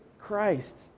Christ